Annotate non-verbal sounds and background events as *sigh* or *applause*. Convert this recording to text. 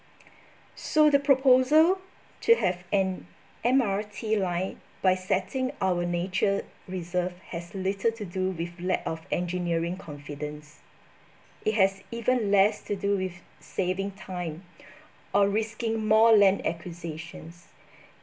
so the proposal to have an M_R_T line by setting our nature reserve has little to do with lack of engineering confidence it has even less to do with saving time *breath* or risking more land acquisitions